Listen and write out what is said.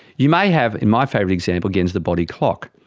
you may have, my favourite example again is the body clock,